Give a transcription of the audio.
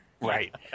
Right